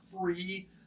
free